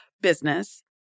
business